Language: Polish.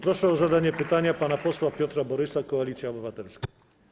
Proszę o zadanie pytania pana posła Piotra Borysa, Koalicja Obywatelska.